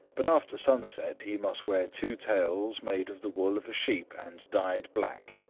but after sunset he must wear two tails made of the wool of a sheep and dyed black.